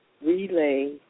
relay